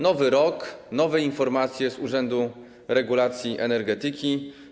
Nowy rok - nowe informacje z Urzędu Regulacji Energetyki.